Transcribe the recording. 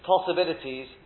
possibilities